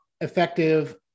effective